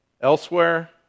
Elsewhere